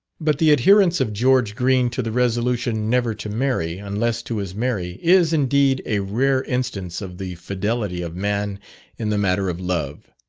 but the adherence of george green to the resolution never to marry, unless to his mary, is, indeed, a rare instance of the fidelity of man in the matter of love.